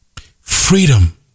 Freedom